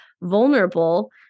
vulnerable